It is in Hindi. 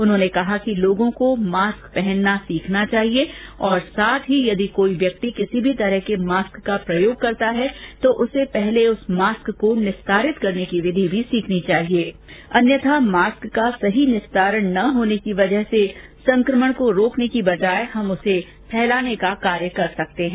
उन्होंने कहा कि लोगो को मास्क पहनना सीखना चाहिए और साथ ही यदि कोई व्यक्ति किसी भी तरह के मास्क का प्रयोग करता है तो उसे पहले उस मास्क को निस्तारित करने की विधि भी सीख लेनी चाहिए अन्यथा मास्क का सही निस्तारण न होने के कारण हम संक्रमण को रोकने के बजाय फैलाने का कार्य भी कर सकते हैं